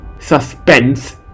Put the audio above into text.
suspense